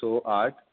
so आट